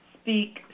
speak